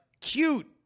cute